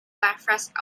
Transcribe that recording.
breakfast